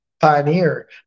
pioneer